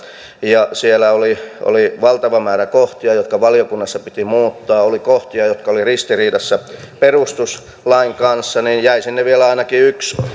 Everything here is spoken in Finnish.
ja ja siellä oli oli valtava määrä kohtia jotka valiokunnassa piti muuttaa oli kohtia jotka olivat ristiriidassa perustuslain kanssa niin jäi sinne vielä ainakin yksi